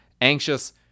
anxious